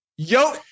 Yo